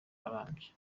arambye